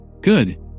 Good